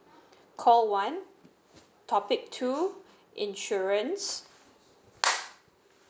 call one topic two insurance